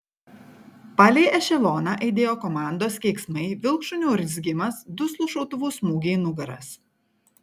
palei ešeloną aidėjo komandos keiksmai vilkšunių urzgimas duslūs šautuvų smūgiai į nugaras